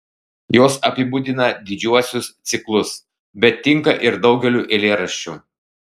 jos apibūdina didžiuosius ciklus bet tinka ir daugeliui eilėraščių